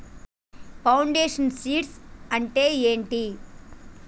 Foundation seeds అంటే ఏంటి?